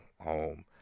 home